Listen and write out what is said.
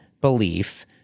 belief